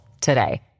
today